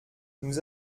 nous